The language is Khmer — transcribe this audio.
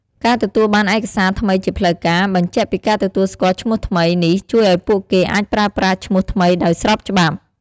ការទទួលបានឯកសារថ្មីជាផ្លូវការ បញ្ជាក់ពីការទទួលស្គាល់ឈ្មោះថ្មី នេះជួយឲ្យពួកគេអាចប្រើប្រាស់ឈ្មោះថ្មីដោយស្របច្បាប់។